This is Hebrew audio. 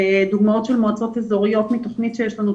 דוגמאות של מועצות אזוריות מתכנית שיש לנו,